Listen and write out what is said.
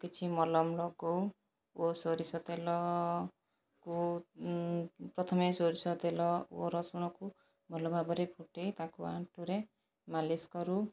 କିଛି ମଲମ ଲଗାଉ ଓ ସୋରିଷ ତେଲକୁ ପ୍ରଥମେ ସୋରିଷ ତେଲ ଓ ରସୁଣକୁ ଭଲ ଭାବରେ ଫୁଟାଇ ତାକୁ ଆଣ୍ଠୁରେ ମାଲିସ୍ କରୁ